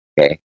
okay